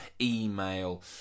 email